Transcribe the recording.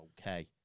okay